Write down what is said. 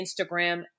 Instagram